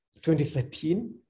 2013